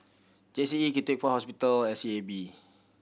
G C E KTPH hospital S E A B